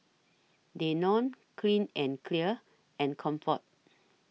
Danone Clean and Clear and Comfort